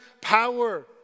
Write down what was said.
power